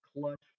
Clutch